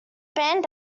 bend